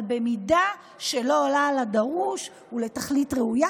אבל במידה שלא עולה על הדרוש ולתכלית ראויה,